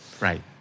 Right